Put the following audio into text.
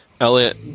Elliot